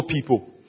people